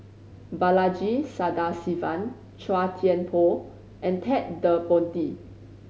Balaji Sadasivan Chua Thian Poh and Ted De Ponti